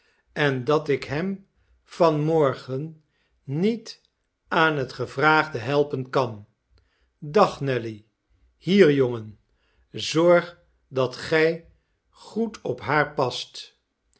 en dat ik hem van morgen niet aan het gevraagde helpen kan dag nelly hier jongen zorg dat gij goed op haar past